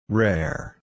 rare